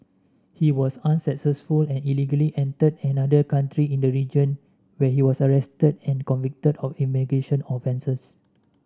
he was unsuccessful and illegally entered another country in the region where he was arrested and convicted of immigration offences